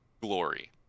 glory